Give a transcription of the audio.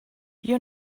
you